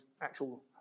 actual